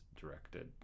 directed